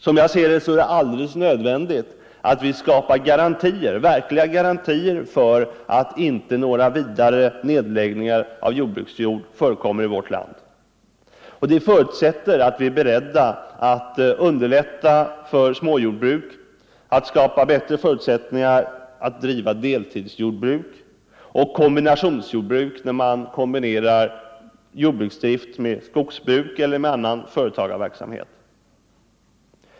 Som jag ser det är det alldeles nödvändigt att vi skapar verkliga garantier för att inte några vidare nedläggningar av jordbruksjord förekommer i vårt land. Och det förutsätter att vi är beredda att underlätta för småjordbrukare genom att skapa bättre förutsättningar för att driva deltidsjordbruk och kombinationsjordbruk, där man kan kombinera jordbruksdrift med skogsbruk eller annan företagarverksamhet.